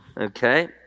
Okay